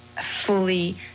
fully